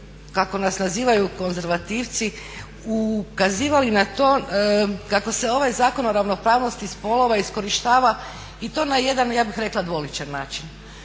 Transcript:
kako nas nazivaju konzervativci, ukazivali na to kako se ovaj Zakon o ravnopravnosti spolova iskorištava i to na jedan ja bih rekla dvoličan način.